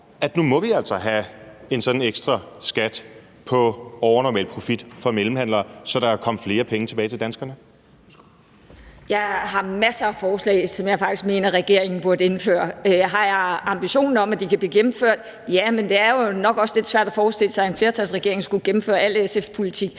altså nu må have en sådan ekstra skat på overnormal profit for mellemhandlere, så der kan komme flere penge tilbage til danskerne. Kl. 14:59 Første næstformand (Leif Lahn Jensen): Værsgo. Kl. 14:59 Pia Olsen Dyhr (SF): Jeg har masser af forslag, som jeg faktisk mener at regeringen burde indføre. Har jeg ambitionen om, at de kan blive gennemført? Ja, men det er jo nok også lidt svært at forestille sig, at en flertalsregering skulle gennemføre al SF's politik,